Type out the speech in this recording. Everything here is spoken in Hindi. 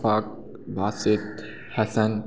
अफ़ाक बासीत हसन